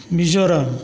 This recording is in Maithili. मिजोरम